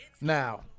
Now